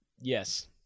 yes